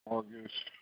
August